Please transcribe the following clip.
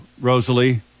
Rosalie